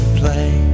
play